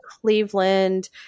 Cleveland